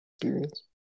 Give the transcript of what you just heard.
experience